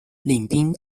领兵